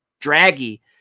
draggy